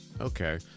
Okay